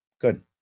Good